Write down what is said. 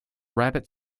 rabbit